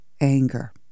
anger